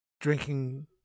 drinking